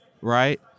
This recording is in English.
right